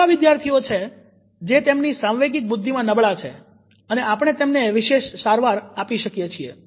આ એવા વિદ્યાર્થીઓ છે જે તેમની સાંવેગિક બુદ્ધિમાં નબળા છે અને આપણે તેમને વિશેષ સારવાર આપી શકીએ છીએ